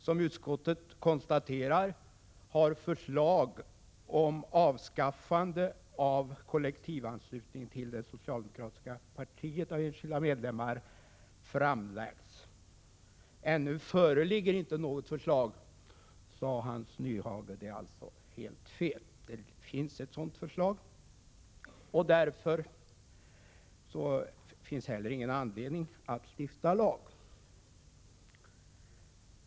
Som utskottet konstaterar har förslag om avskaffande av kollektivanslutningen till det socialdemokratiska partiet av enskilda medlemmar framlagts. Ännu föreligger inte något förslag, sade Hans Nyhage. Det är alltså helt fel — det finns ett sådant förslag. Därför finns det inte heller någon anledning att stifta lag.